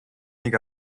нэг